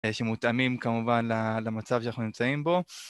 שמותאמים כמובן למצב שאנחנו נמצאים בו.